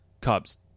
Cubs